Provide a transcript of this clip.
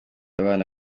abana